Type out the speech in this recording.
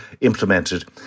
implemented